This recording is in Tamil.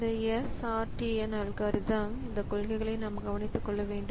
இந்த SRTN அல்காரிதம் இந்த கொள்கைகளை நாம் கவனித்துக் கொள்ள வேண்டும்